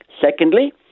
secondly